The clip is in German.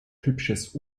typisches